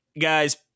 guys